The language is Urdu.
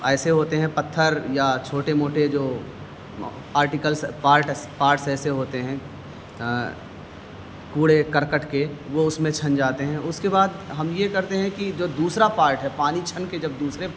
ایسے ہوتے ہیں پتھر یا چھوٹے موٹے جو آرٹیکلس پارٹس پارٹس ایسے ہوتے ہیں کوڑے کرکٹ کے وہ اس میں چھن جاتے ہیں اس کے بعد ہم یہ کرتے ہیں کہ جو دوسرا پارٹ ہے پانی چھن کے جب دوسرے